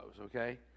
okay